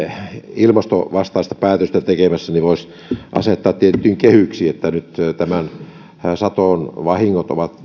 ilmastovastaista päätöstä tekemässä voisi asettaa tiettyihin kehyksiin että nyt nämä satovahingot ovat